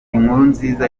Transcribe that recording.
nziza